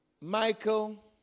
Michael